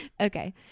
okay